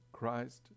Christ